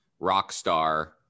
Rockstar